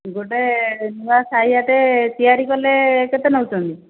ଗୋଟେ ନୂଆ ସାଇଆଟେ ତିଆରି କଲେ କେତେ ନେଉଛନ୍ତି